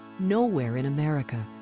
nowhere in america,